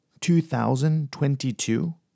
2022